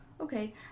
Okay